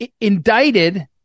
indicted